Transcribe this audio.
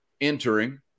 entering